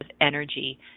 energy